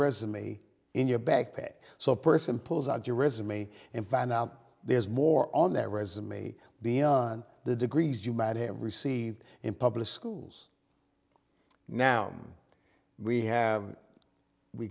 resume in your backpack so a person pulls out your resume and find out there's more on their resume beyond the degrees you might have received in public schools now we have we